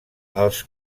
els